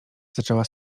zaczęła